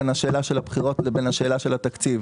בין שאלת הבחירות לבין שאלת התקציב.